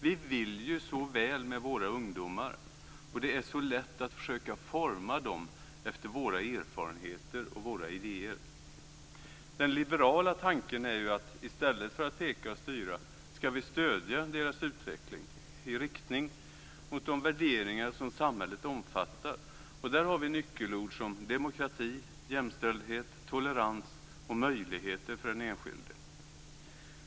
Vi vill ju så väl med våra ungdomar, och det är så lätt att försöka forma dem efter våra erfarenheter och våra idéer. Den liberala tanken är ju att vi i stället för att peka och styra ska stödja ungdomarnas utveckling i riktning mot de värderingar som samhället omfattar. Där har vi nyckelord som demokrati, jämställdhet, tolerans och möjligheter för den enskilde.